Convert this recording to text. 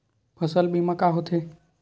फसल बीमा का होथे?